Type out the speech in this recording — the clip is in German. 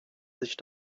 sich